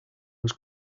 was